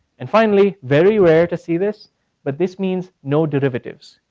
and finally, very rare to see this but this means no derivatives.